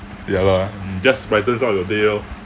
ya lah mm just brightens up your day lor